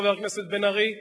חבר הכנסת מיכאל בן-ארי,